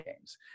games